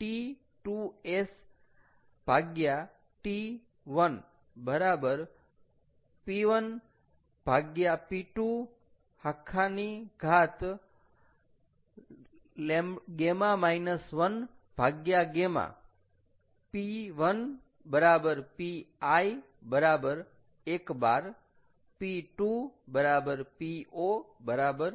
T2sT1 બરાબર P1P2γ 1γ P1 Pi 1 bar P2 P0 100 bar